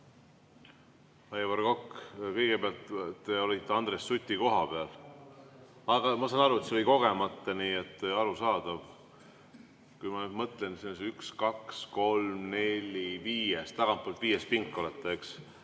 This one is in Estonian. Aivar Kokk, kõigepealt te olite Andres Suti koha peal, aga ma saan aru, et see oli kogemata. Arusaadav! Kui ma nüüd mõtlen, siis üks, kaks, kolm, neli, viis – tagantpoolt viies pink olete, eks.